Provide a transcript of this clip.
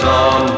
on